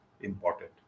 important